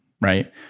right